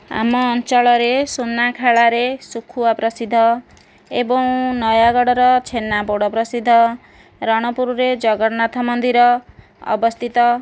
ଆମ ଅଞ୍ଚଳରେ ସୁନାଖାଳାରେ ଶୁଖୁଆ ପ୍ରସିଦ୍ଧ ଏଵଂ ନୟାଗଡ଼ର ଛେନାପୋଡ଼ ପ୍ରସିଦ୍ଧ ରଣପୁରରେ ଜଗନ୍ନାଥ ମନ୍ଦିର ଅବସ୍ଥିତ